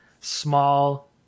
small